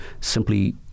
simply